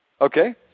Okay